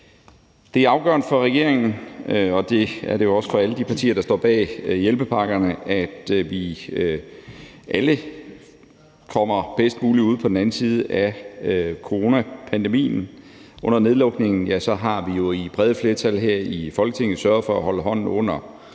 Det er afgørende for regeringen, og det er det jo også for alle de partier, der står bag hjælpepakkerne, at vi alle kommer bedst muligt ud på den anden side af coronapandemien. Under nedlukningen har vi jo i brede flertal her i Folketinget sørget for at holde hånden under